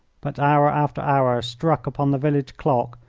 but hour after hour struck upon the village clock,